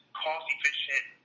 cost-efficient